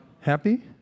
Happy